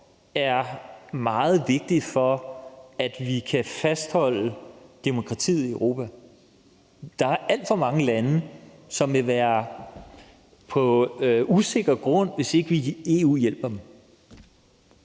er meget vigtig, for at vi kan fastholde demokratiet i Europa. Der er alt for mange lande, som vil være på usikker grund, hvis ikke vi i EU hjælper dem.